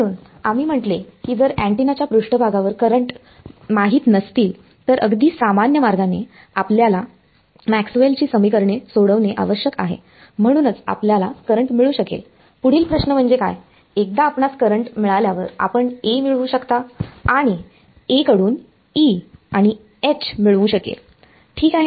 म्हणून आम्ही म्हटले की जर अँटेनाच्या पृष्ठभागावर करंट्स माहित नसतील तर अगदी सामान्य मार्गाने आपल्याला मॅक्सवेलची समीकरणेMaxwells equations सोडवणे आवश्यक आहे म्हणूनच आपल्याला करंट मिळू शकेल पुढील प्रश्न म्हणजे काय एकदा आपणास करंट मिळाल्यावर आपण मिळवू शकता कडून आणि मिळू शकेल ठीक आहे